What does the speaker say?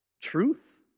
truth